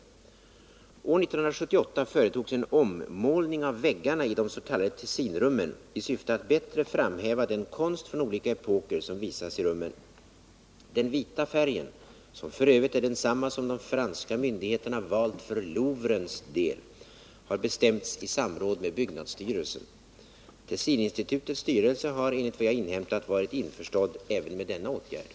År 1978 företogs en ommålning av väggarna i de s.k. Tessinrummen i syfte att bättre framhäva den konst från olika epoker som visas i rummen. Den vita färgen, som f. ö. är densamma som de franska myndigheterna valt för Louvrens del, har bestämts i samråd med byggnadsstyrelsen. Tessininstitutets styrelse har enligt vad jag inhämtat varit införstådd även med denna åtgärd.